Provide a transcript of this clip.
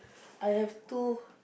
I have two